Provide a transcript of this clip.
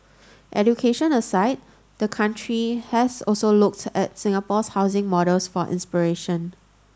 education aside the country has also looked at Singapore's housing models for inspiration